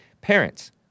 parents